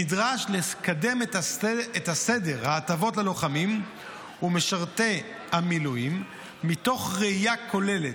נדרש לקדם את הסדר ההטבות ללוחמים ולמשרתי המילואים מתוך ראייה כוללת,